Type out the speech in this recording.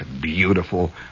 beautiful